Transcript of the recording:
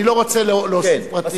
אני לא רוצה להוסיף פרטים.